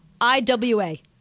I-W-A